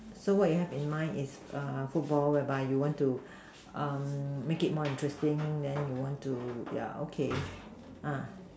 so what you have in mind is err football whereby you want to um make it more interesting then you want to ya okay ah